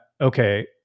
okay